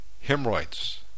Hemorrhoids